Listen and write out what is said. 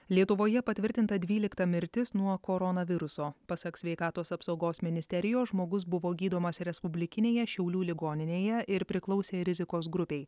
lietuvoje patvirtinta dvylikta mirtis nuo koronaviruso pasak sveikatos apsaugos ministerijos žmogus buvo gydomas respublikinėje šiaulių ligoninėje ir priklausė rizikos grupei